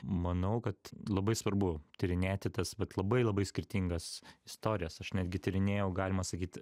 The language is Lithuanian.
manau kad labai svarbu tyrinėti tas vat labai labai skirtingas istorijas aš netgi tyrinėjau galima sakyt